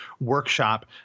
workshop